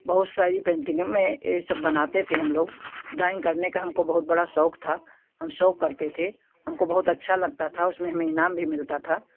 बहुत सारी पेंटिंग में ये सब बनाते थे हम लोग ड्राइंग करने का हमको बहुत बड़ा शौक था हम शौक करते थे हमको बहुत अच्छा लगता था उसमे हमें इनाम भी मिलता था